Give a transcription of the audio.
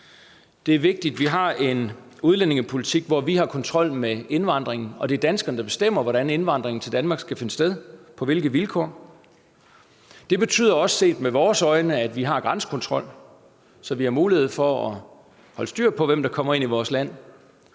Det er vigtigt, at vi har en udlændingepolitik, hvor vi har kontrol med indvandringen, og hvor det er danskerne, der bestemmer, hvordan indvandringen til Danmark skal finde sted og på hvilke vilkår. Det betyder også set med vores øjne, at vi har grænsekontrol, så vi har mulighed for at holde styr på, hvem der kommer ind i vores land.